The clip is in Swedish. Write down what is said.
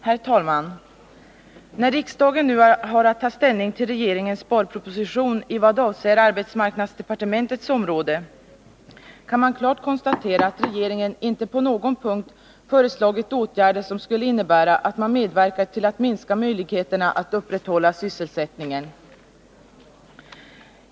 Herr talman! När riksdagen nu har att ta ställning till regeringens sparproposition i vad avser arbetsmarknadsdepartementets område kan man klart konstatera att regeringen inte på någon punkt föreslagit åtgärder som skulle innebära att man medverkar till att minska möjligheterna att upprätthålla sysselsättningen.